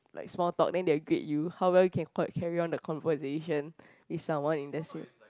like small talk then they'll grade you how well you can quite carry on the conversation with someone in the